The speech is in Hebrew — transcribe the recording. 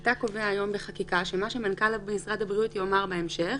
אתה קובע היום בחקיקה שמה שמנכ"ל משרד הבריאות יאמר בהמשך